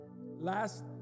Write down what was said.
Last